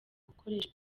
gukoresha